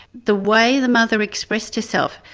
the way the mother expressed herself,